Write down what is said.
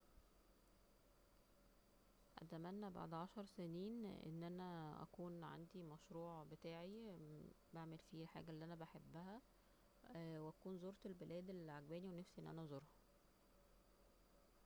اتمنى بعد عشر سنين أن أنا اكون عندي مشروع بتاعي بعمل فيه الحاجة اللي انا بحبها واكون زورت البلاد اللي عاجباني ونفسي أن أنا ازورها